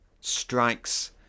strikes